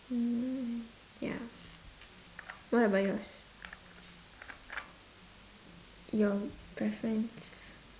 mm ya what about yours your preference